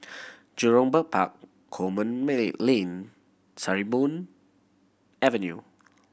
Jurong Bird Park Coleman May Lane Sarimbun Avenue